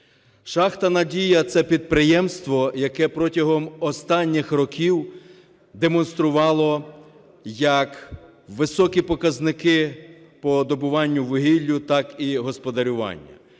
Шахта "Надія" – це підприємство, яке протягом останніх років демонструвало як високі показники по добуванню вугілля, так і господарювання.